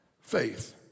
faith